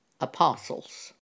apostles